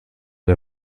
der